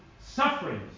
sufferings